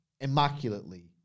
Immaculately